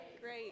Great